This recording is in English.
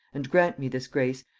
and grant me this grace,